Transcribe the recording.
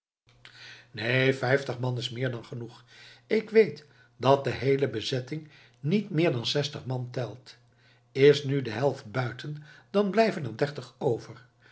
neen vijftig man is meer dan genoeg ik weet dat de heele bezetting niet meer dan zestig man telt is nu de helft buiten dan blijven er dertig over